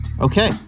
Okay